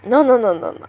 no no no no no